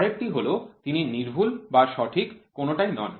পরেরটি হল তিনি সূক্ষ্ম বা সঠিক কোনটাই নন